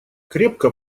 крепко